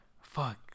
fuck